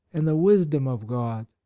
and the wis dom of god.